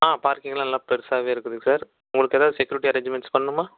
ஆ பார்க்கிங்கெல்லாம் நல்லா பெருசாகவே இருக்குதுங்க சார் உங்களுக்கு ஏதாவது செக்யூரிட்டி அரேஞ்ச்மெண்ட்ஸ் பண்ணணுமா